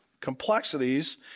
complexities